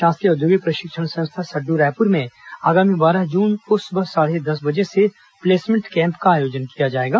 शासकीय औद्योगिक प्रशिक्षण संस्था सड्डू रायपुर में आगामी बारह जून को सुबह साढ़े दस बजे से प्लेसमेंट कैम्प का आयोजन किया जाएगा